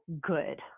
good